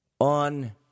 on